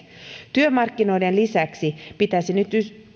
työmarkkinoiden lisäksi pitäisi nyt